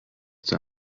der